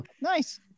Nice